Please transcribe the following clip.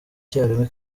icyarimwe